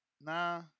Nah